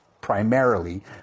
primarily